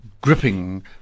gripping